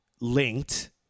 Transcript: linked